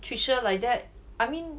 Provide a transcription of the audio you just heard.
tricia like that I mean